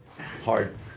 hard